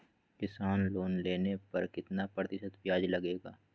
किसान लोन लेने पर कितना प्रतिशत ब्याज लगेगा?